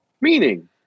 Meaning